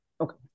okay